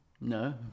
No